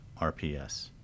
RPS